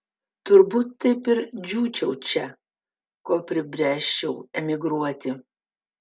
turbūt taip ir džiūčiau čia kol pribręsčiau emigruoti